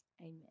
Amen